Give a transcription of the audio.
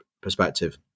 perspective